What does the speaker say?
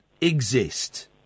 exist